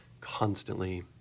constantly